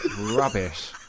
rubbish